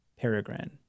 peregrine